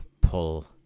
pull